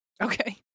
Okay